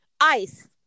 Ice